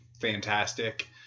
fantastic